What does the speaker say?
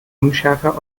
unschärfer